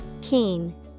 Keen